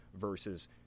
versus